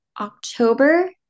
October